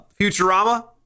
Futurama